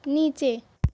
نیچے